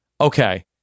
Okay